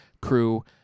crew